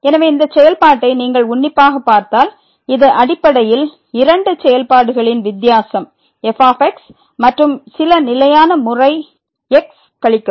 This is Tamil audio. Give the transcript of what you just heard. எனவே இந்த செயல்பாட்டை நீங்கள் உன்னிப்பாக பார்த்தால் இது அடிப்படையில் இரண்டு செயல்பாடுகளின் வித்தியாசம் f மற்றும் சில நிலையான முறை x கழிக்கவும்